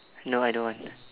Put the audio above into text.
no I don't want